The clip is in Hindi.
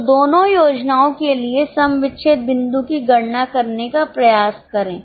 तो दोनों योजनाओं के लिए सम विच्छेद बिंदु की गणना करने का प्रयास करें